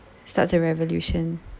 starts a revolution